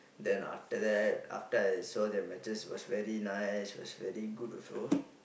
then after that after I saw their matches was very nice was very good also